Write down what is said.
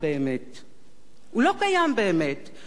הוא לא קיים באמת משום שהציבור בישראל,